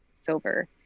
silver